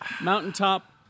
mountaintop